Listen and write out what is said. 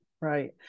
right